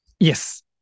Yes